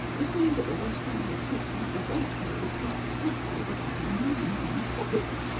this means that the waistband will take some of the weight of all the tasty snacks. i'll be carrying in my enormous pockets.